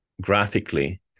graphically